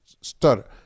stutter